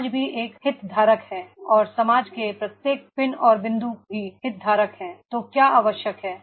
समाज भी एक हितधारक है और समाज के प्रत्येक पिन और बिंदु भी हितधारक हैं तो क्या आवश्यक है